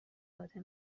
داده